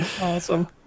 awesome